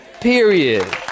period